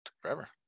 forever